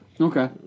Okay